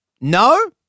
No